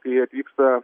kai atvyksta